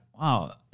wow